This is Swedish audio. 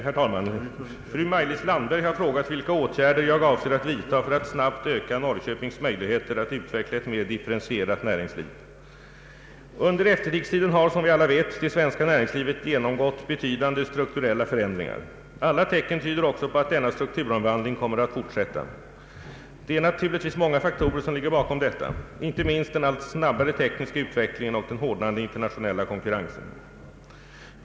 Herr talman! Fru Maj-Lis Landberg har frågat vilka åtgärder jag avser att vidta för att snabbt öka Norrköpings möjligheter att utveckla ett mer differentierat näringsliv. Under efterkrigstiden har, som vi alla vet, det svenska näringslivet genomgått betydande strukturella förändringar. Alla tecken tyder också på att denna strukturomvandling kommer att fortsätta. Det är naturligtvis många faktorer som ligger bakom detta — inte minst den allt snabbare tekniska utvecklingen och den hårdnande internationella konkurrensen.